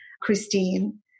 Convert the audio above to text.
Christine